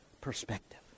perspective